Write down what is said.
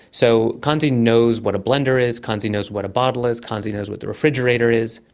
so kanzi knows what a blender is, kanzi knows what a bottle is, kanzi knows what the refrigerator is,